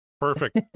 Perfect